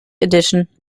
edition